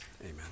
Amen